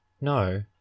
No